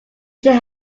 should